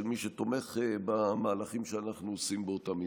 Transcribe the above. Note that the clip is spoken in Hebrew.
מי שתומך במהלכים שאנחנו עושים באותה מידה.